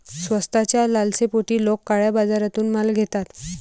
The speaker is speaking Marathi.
स्वस्ताच्या लालसेपोटी लोक काळ्या बाजारातून माल घेतात